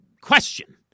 question